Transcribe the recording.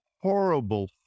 horrible